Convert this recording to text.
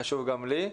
זה חשוב גם לי.